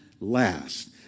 last